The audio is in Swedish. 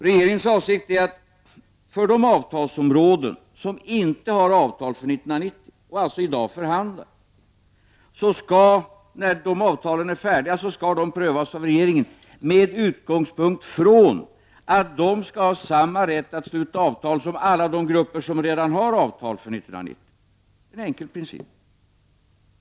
Regeringens avsikt är att för de avtalsområden som inte har avtal för 1990 och som alltså i dag förhandlar skall dessa avtal när de är färdiga prövas av regeringen med utgångspunkt i att de skall ha samma rätt att sluta avtal som alla andra grupper som redan har avtal för 1990 — en enkel princip.